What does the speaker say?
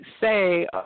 say